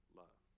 love